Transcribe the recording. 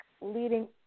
leading